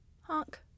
honk